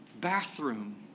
bathroom